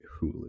hulu